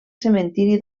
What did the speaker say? cementiri